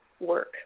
work